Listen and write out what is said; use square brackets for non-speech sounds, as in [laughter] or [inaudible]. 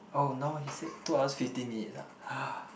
oh no he said two hours fifteen minutes ah [noise]